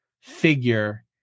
figure